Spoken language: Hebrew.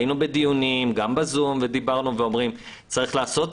היינו בדיונים גם בזום ודיברנו ואומרים: צריך לעשות,